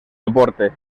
deporte